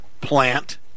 Plant